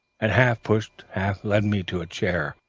and half pushed, half led me to a chair.